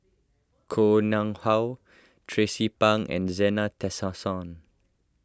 Koh Nguang How Tracie Pang and Zena Tessensohn